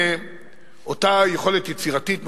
אותה יכולת יצירתית,